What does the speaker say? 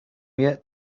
yet